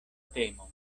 temo